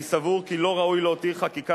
אני סבור כי לא ראוי להותיר חקיקה